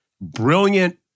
brilliant